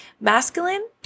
Masculine